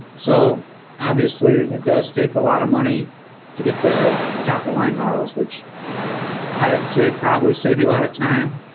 so obviously, it does take a lot of money to get the the top of the line models, which i would say probably save you a lot of time.